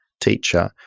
teacher